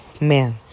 man